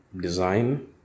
design